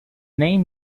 name